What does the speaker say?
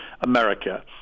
America